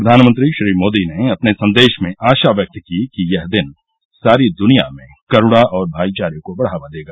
प्रधानमंत्री श्री मोदी ने अपने संदेश में आशा व्यक्त की कि यह दिन सारी दुनिया में करुणा और भाइचारे को बढ़ावा देगा